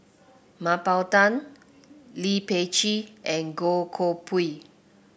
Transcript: Mah Bow Tan Lee Peh Gee and Goh Koh Pui